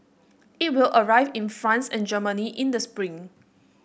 it will arrive in France and Germany in the spring